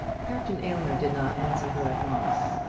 captain aylmer did not answer her at once,